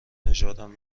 نژادم